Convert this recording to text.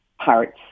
parts